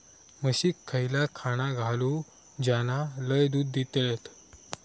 म्हशीक खयला खाणा घालू ज्याना लय दूध देतीत?